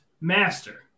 master